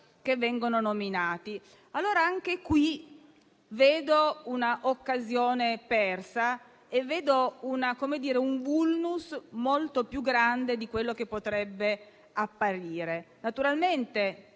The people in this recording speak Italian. della Repubblica. Anche qui vedo un'occasione persa e un *vulnus* molto più grande di quello che potrebbe apparire. Naturalmente